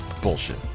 Bullshit